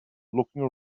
looking